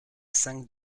cinq